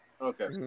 Okay